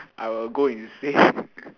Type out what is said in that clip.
I will insane